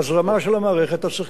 אתה צריך לקבל את האישור של המועצה